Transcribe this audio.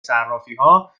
صرافیها